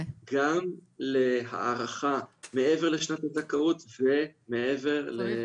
- גם להארכה מעבר לשנת הזכאות ומעבר למכסת